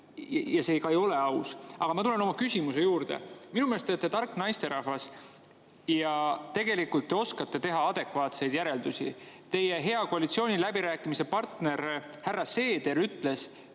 ja see ka ei ole aus. Aga ma tulen oma küsimuse juurde. Minu meelest te olete tark naisterahvas ja tegelikult te oskate teha adekvaatseid järeldusi. Teie hea koalitsiooniläbirääkimiste partner härra Seeder ütles,